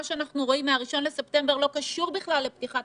מה שאנחנו רואים מה-1 בספטמבר לא קשור בכלל לפתיחת